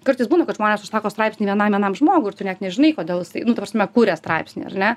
kartais būna kad žmonės užsako straipsnį vienam vienam žmogui ir tu net nežinai kodėl jisai nu ta prasme kuria straipsnį ar ne